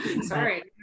sorry